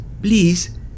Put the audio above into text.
please